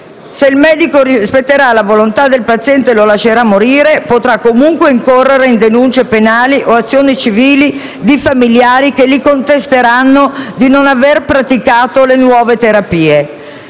Se il medico rispetterà la volontà del paziente e lo lascerà morire, potrà comunque incorrere in denunce penali o azioni civili di familiari che gli contesteranno di non aver praticato le nuove terapie.